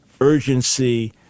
urgency